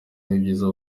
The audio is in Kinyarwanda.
n’ibyiza